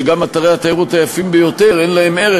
שגם אתרי התיירות היפים ביותר אין להם ערך